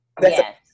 Yes